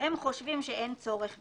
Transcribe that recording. הם חושבים שאין צורך בכך.